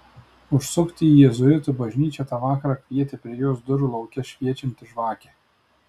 užsukti į jėzuitų bažnyčią tą vakarą kvietė prie jos durų lauke šviečianti žvakė